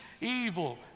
evil